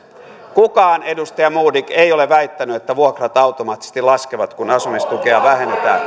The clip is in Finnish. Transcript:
kukaan edustaja modig ei ole väittänyt että vuokrat automaattisesti laskevat kun asumistukea vähennetään